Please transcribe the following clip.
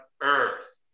earth